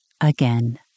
again